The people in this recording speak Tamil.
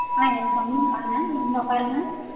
ஆ எஸ் கம்மின் வாங்க இங்கே உட்காருங்க